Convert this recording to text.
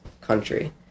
country